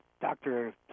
doctor